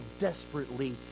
desperately